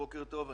בוקר טוב.